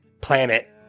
planet